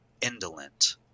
indolent